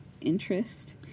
interest